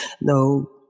no